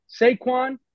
Saquon